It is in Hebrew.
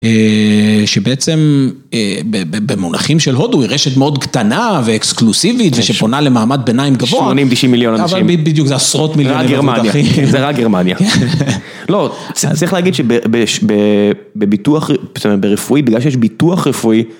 שבעצם במונחים של הודו היא רשת מאוד קטנה ואקסקלוסיבית ושפונה למעמד ביניים גבוה. 80-90 מיליון אנשים. אבל בדיוק זה עשרות מיליוני מבוטחים. זה רק גרמניה. לא, צריך להגיד שבביטוח רפואי, בגלל שיש ביטוח רפואי.